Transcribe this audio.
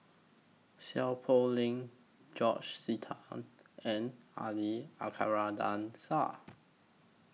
Seow Poh Leng George Sita and Ali Shah